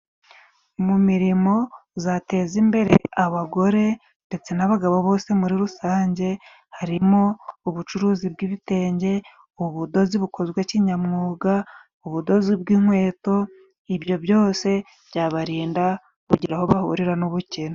Mu mirimo zateza imbere abagore ndetse n'abagabo bose muri rusange harimo ubucuruzi bw'ibitenge, ubudozi bukozwe kinyamwuga, ubudozi bw'inkweto. Ibyo byose byabarinda kugira aho bahurira n'ubukene